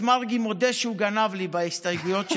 מרגי מודה שהוא גנב לי בהסתייגויות שלו.